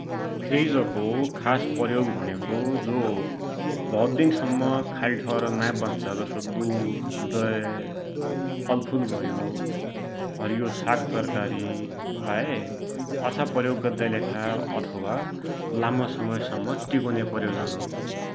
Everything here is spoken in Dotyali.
फ्रिजको खास प्रयोग भुण्या जो भौत दिन सम्म खाली ठौर नाइ बच्चा जसो दुध, दै, फलफुल भयो, हरियो सागतरकारी लाइ पाछा प्रयोग गद्दाकी लेखा अथवा लामा समयसम्म टिकुन्या प्रयोजन हो ।